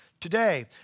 today